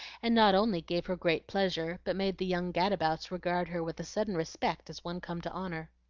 and not only gave her great pleasure, but made the young gadabouts regard her with sudden respect as one come to honor.